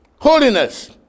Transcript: Holiness